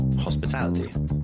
Hospitality